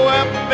up